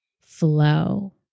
flow